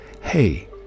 hey